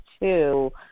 two